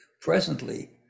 Presently